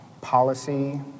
policy